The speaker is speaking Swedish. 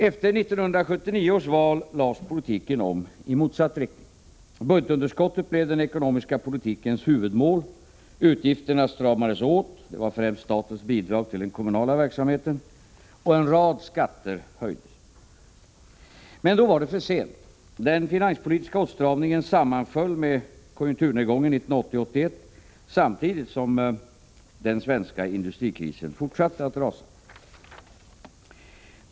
Efter 1979 års val lades politiken om i motsatt riktning. Budgetunderskottet blev den ekonomiska politikens huvudmål, utgifterna — främst statens bidrag till den kommunala verksamheten — stramades åt och en rad skatter höjdes. Men då var det för sent. Den finanspolitiska åtstramningen sammanföll med konjunkturnedgången 1980-1981, samtidigt som den svenska industrikrisen fortsatte att rasa.